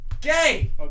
Gay